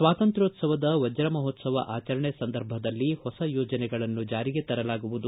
ಸ್ವಾತಂತ್ರ್ಯೋತ್ಸವದ ವಜ್ರಮಹೋತ್ಸವ ಆಚರಣೆ ಸಂದರ್ಭದಲ್ಲಿ ಹೊಸ ಯೋಜನೆಗಳನ್ನು ಜಾರಿಗೆ ತರಲಾಗುವುದು